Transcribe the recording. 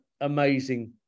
amazing